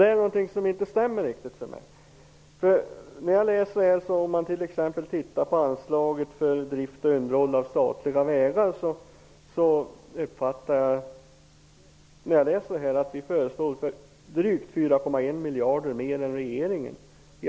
Det är någonting som inte riktigt stämmer. Under t.ex. anslaget för drift och underhåll av statliga vägar föreslår vi drygt 4,1 miljarder mer än regeringen.